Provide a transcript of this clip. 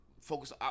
focus